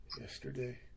yesterday